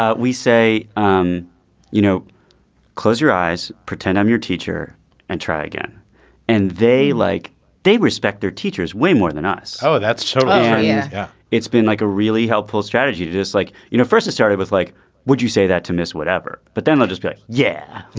ah we say um you know close your eyes pretend i'm your teacher and try again and they like they respect their teachers way more than us. oh that's totally yeah. it's been like a really helpful strategy just like you know first started was like would you say that to miss whatever. but then i'll just be like yeah